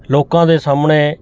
ਲੋਕਾਂ ਦੇ ਸਾਹਮਣੇ